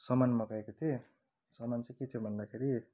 सामान मगाएको थिएँ सामान चाहिँ के थियो भन्दाखेरि